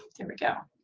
there we go,